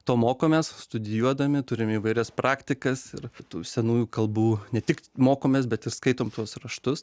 to mokomės studijuodami turim įvairias praktikas ir tų senųjų kalbų ne tik mokomės bet ir skaitom tuos raštus